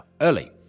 early